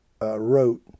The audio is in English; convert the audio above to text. wrote